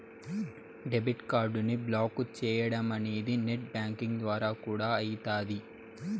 debit కార్డుని block చేయడమనేది net banking ద్వారా కూడా అయితాది